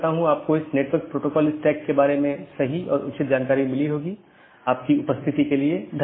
इसके साथ ही आज अपनी चर्चा समाप्त करते हैं